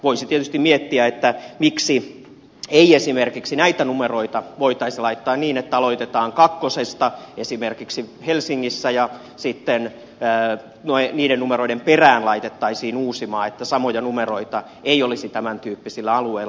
voisi tietysti miettiä miksi ei esimerkiksi näitä numeroita voitaisi laittaa niin että aloitetaan kakkosesta esimerkiksi helsingissä ja sitten niiden numeroiden perään laitettaisiin uusimaa että samoja numeroita ei olisi tämäntyyppisillä alueilla